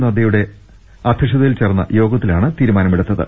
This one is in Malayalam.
നദ്ദയുടെ അധ്യക്ഷതയിൽചേർന്ന യോഗത്തിലാണ് തീരുമാ നമെടുത്തത്